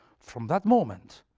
from that moment,